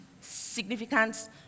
significance